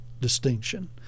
distinction